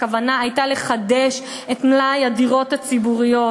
הכוונה הייתה לחדש את מלאי הדירות הציבוריות.